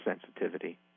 sensitivity